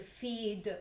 feed